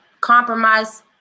compromise